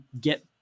get